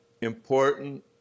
important